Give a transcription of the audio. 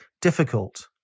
difficult